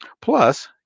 Plus